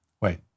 Wait